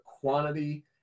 quantity